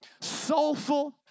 soulful